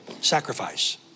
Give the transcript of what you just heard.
sacrifice